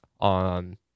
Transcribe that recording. on